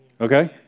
Okay